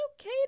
okay